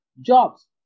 jobs